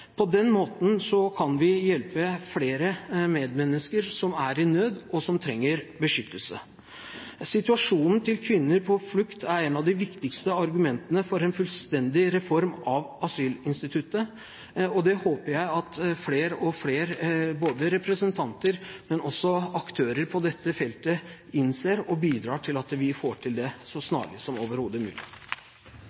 På den måten kan vi hjelpe flere medmennesker som er i nød, og som trenger beskyttelse. Situasjonen til kvinner på flukt er et av de viktigste argumentene for en fullstendig reform av asylinstituttet, og det håper jeg at flere og flere, både representanter og aktører på dette feltet, innser og bidrar til at vi får til så